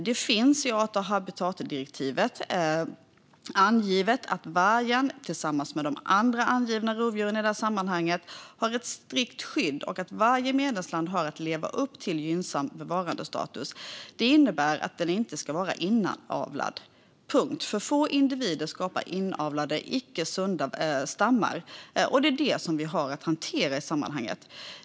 Det finns i art och habitatdirektivet angivet att vargen, tillsammans med de andra angivna rovdjuren i det här sammanhanget, har ett strikt skydd och att varje medlemsland har att leva upp till gynnsam bevarandestatus. Det innebär att den inte ska vara inavlad, punkt. För få individer skapar inavlade och icke sunda stammar, och det är detta som vi har att hantera i sammanhanget.